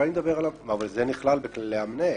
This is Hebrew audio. אבל זה נכלל בכללי המנהל.